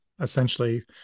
essentially